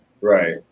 Right